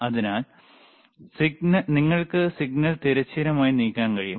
അതിനാൽ നിങ്ങൾക്ക് സിഗ്നൽ തിരശ്ചീനമായി നീക്കാൻ കഴിയും